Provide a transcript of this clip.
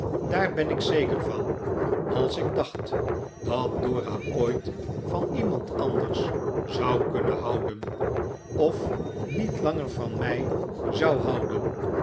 daar ben ik zeker van als ik dacht dat dora ooit van iemand anders zou kunnen houden of niet langer van mij zou houden